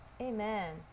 Amen